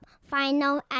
final